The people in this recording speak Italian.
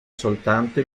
soltanto